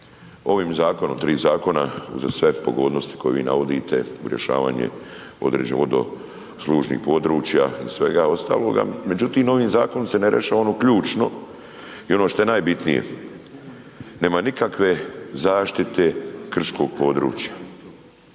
ovim zakonom, tri zakona, uza sve pogodnosti koje vi navodite, rješavanje određenih vodoslužnih područja i svega ostaloga, međutim ovim zakonom se ne rješava ono ključno i ono što je najbitnije, nema nikakve zaštite krčkog područja